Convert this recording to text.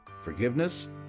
forgiveness